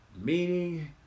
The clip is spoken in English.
Meaning